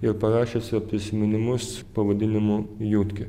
ir parašiusio prisiminimus pavadinimu judke